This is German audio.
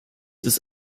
ist